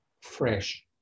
fresh